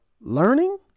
learning